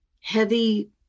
heavy